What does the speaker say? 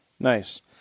Nice